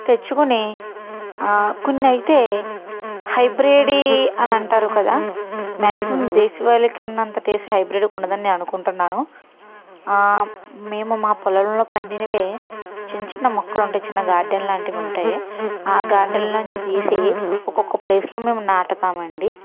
తెచ్చుకుని కొన్ని అయితే హైబ్రిడి అని అంటారు కదా మాక్సిమం దేశవాళికి ఉన్నంత టేస్ట్ హైబ్రిడ్ ఉండదని నేను అనుకుంటున్నాను మేము మా పొలంలో పండినవే చిన్న చిన్న ముక్కలు ఉంటాయి చిన్న గార్డెన్ లాంటివి ఉంటే ఆ గార్డెన్లో నుంచి తీసి ఒక్కొక్క ప్లేస్లో మేము నాటుతామండి